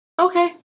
Okay